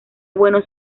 buenos